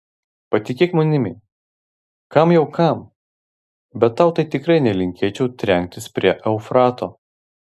patikėk manimi kam jau kam bet tau tai tikrai nelinkėčiau trenktis prie eufrato